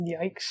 Yikes